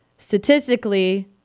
statistically